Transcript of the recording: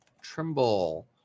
Trimble